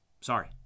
Sorry